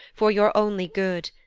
for your only good,